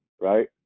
Right